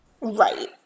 Right